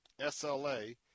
SLA